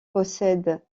possèdent